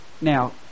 Now